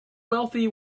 wealthy